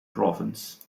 province